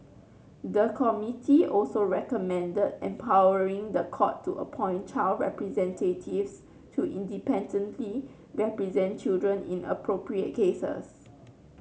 the committee also recommended empowering the court to appoint child representatives to independently represent children in appropriate cases